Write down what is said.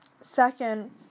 Second